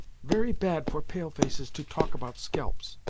very bad for pale-faces to talk about scalps,